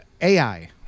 AI